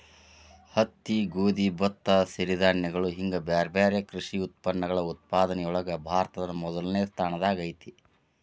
ಹತ್ತಿ, ಗೋಧಿ, ಭತ್ತ, ಸಿರಿಧಾನ್ಯಗಳು ಹಿಂಗ್ ಬ್ಯಾರ್ಬ್ಯಾರೇ ಕೃಷಿ ಉತ್ಪನ್ನಗಳ ಉತ್ಪಾದನೆಯೊಳಗ ಭಾರತ ಮೊದಲ್ನೇ ಸ್ಥಾನದಾಗ ಐತಿ